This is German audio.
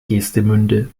geestemünde